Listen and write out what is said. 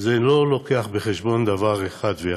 זה לא לוקח בחשבון דבר אחד ויחיד: